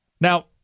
Now